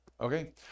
Okay